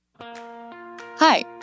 Hi